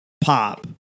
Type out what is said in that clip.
pop